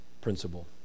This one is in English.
principle